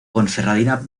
ponferradina